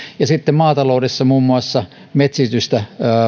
ja sitten maataloudessa muun muassa metsitystä